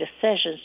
decisions